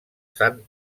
sant